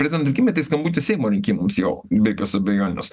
prezidento rinkimai tai skambutis seimo rinkimams jau be jokios abejonės